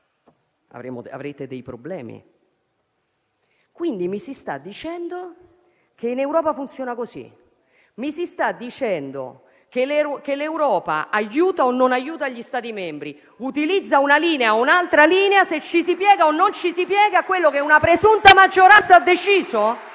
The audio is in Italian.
avrete dei problemi. Quindi, mi si sta dicendo che in Europa funziona così. Mi si sta dicendo che l'Europa aiuta o non aiuta gli Stati membri, che utilizza una linea o un'altra linea, se ci si piega o non ci si piega a quello che una presunta maggioranza ha deciso?